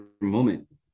moment